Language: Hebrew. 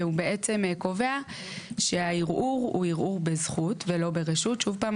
והוא בעצם קובע שהערעור הוא ערעור בזכות ולא ברשות שוב פעם,